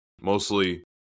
mostly